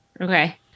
Okay